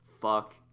fuck